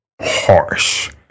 harsh